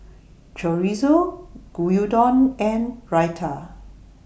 Chorizo Gyudon and Raita